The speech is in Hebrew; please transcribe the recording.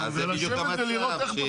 לשבת ולראות איך פותרים.